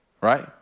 Right